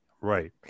Right